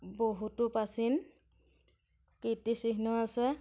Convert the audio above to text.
বহুতো প্ৰাচীন কীৰ্তিচিহ্ন আছে